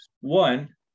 One